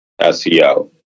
SEO